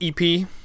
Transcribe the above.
EP